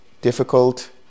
difficult